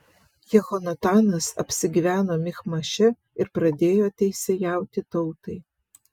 jehonatanas apsigyveno michmaše ir pradėjo teisėjauti tautai